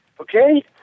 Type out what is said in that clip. okay